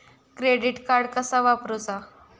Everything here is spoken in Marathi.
क्रेडिट कार्ड कसा वापरूचा?